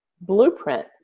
blueprint